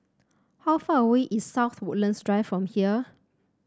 how far away is South Woodlands Drive from here